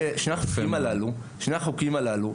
ושני החוקים הללו,